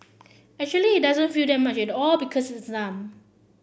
actually it doesn't feel like much at all because it's numb